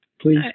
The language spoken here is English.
please